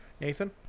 nathan